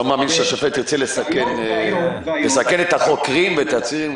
אני לא מאמין שהשופט ירצה לסכן את החוקרים ואת העצירים.